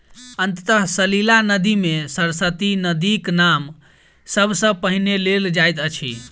अंतः सलिला नदी मे सरस्वती नदीक नाम सब सॅ पहिने लेल जाइत अछि